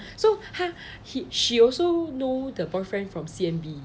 你记得吗 so 她 h~ she also know the boyfriend from C_M_B